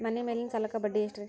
ಮನಿ ಮೇಲಿನ ಸಾಲಕ್ಕ ಬಡ್ಡಿ ಎಷ್ಟ್ರಿ?